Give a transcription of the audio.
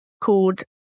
called